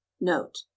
note